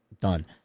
Done